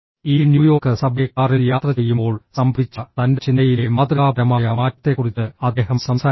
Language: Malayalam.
ഈ ന്യൂയോർക്ക് സബ്വേ കാറിൽ യാത്ര ചെയ്യുമ്പോൾ സംഭവിച്ച തന്റെ ചിന്തയിലെ മാതൃകാപരമായ മാറ്റത്തെക്കുറിച്ച് അദ്ദേഹം സംസാരിക്കുന്നു